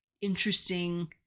interesting